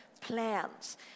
plans